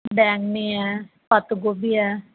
ਬੈਂਗਣੀ ਹੈ ਪੱਤ ਗੋਭੀ ਹੈ